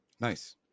Nice